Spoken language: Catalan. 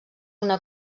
una